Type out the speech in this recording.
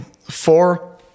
four